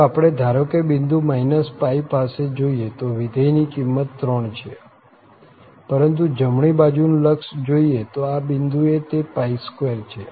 જો આપણે ધારો કે બિંદુ π પાસે જોઈએ તો વિધેય ની કિંમત 3 છે પરંતુ જમણી બાજુનું લક્ષ જોઈએ તો આ બિંદુ એ તે 2 છે